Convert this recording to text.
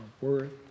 worth